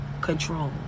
control